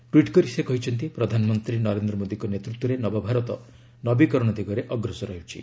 tweet କରି ସେ କହିଛନ୍ତି ପ୍ରଧାନମନ୍ତ୍ରୀ ନରେନ୍ଦ୍ର ମୋଦୀଙ୍କ ନେତୃତ୍ୱରେ ନବଭାରତ ନବୀକରଣ ଦିଗରେ ଅଗ୍ରସର ହେଉଛି